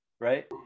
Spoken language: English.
right